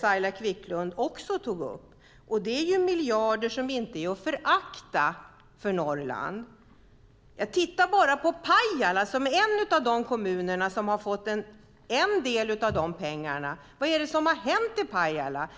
Saila Quicklund nämnde. Det är miljarder till Norrland som inte är att förakta. Se bara på Pajala, som är en av de kommuner som fått del av dessa pengar. Vad har hänt i Pajala?